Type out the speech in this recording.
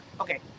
Okay